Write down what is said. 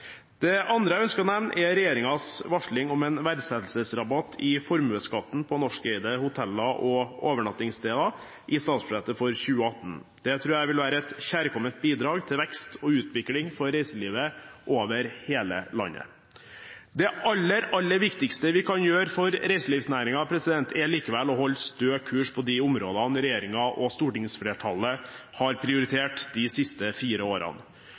andre jeg ønsker å nevne, er regjeringens varsling om en verdsettelsesrabatt i formuesskatten på norskeide hoteller og overnattingssteder i statsbudsjettet for 2018. Det tror jeg vil være et kjærkomment bidrag til vekst og utvikling for reiselivet over hele landet. Det aller, aller viktigste vi kan gjøre for reiselivsnæringen, er likevel å holde stø kurs på de områdene regjeringen og stortingsflertallet har prioritert de siste fire årene: